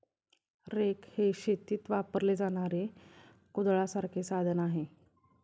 rake हे शेतीत वापरले जाणारे कुदळासारखे साधन आहे